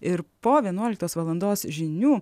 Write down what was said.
ir po vienuoliktos valandos žinių